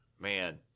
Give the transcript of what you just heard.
man